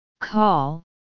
call